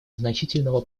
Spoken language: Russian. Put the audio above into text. значительного